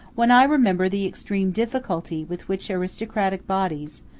when i remember the extreme difficulty with which aristocratic bodies,